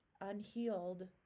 unhealed